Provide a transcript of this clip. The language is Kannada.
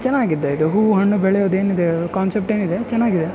ಚೆನ್ನಾಗಿದೆ ಇದು ಹೂ ಹಣ್ಣು ಬೆಳೆಯೊದೆನಿದೆ ಬೆಳೆಯೋದೇನಿದೆ ಕಾನ್ಸೆಪ್ಟ್ ಏನಿದೆ ಚೆನ್ನಾಗಿದೆ